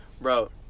bro